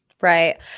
Right